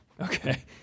okay